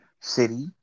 City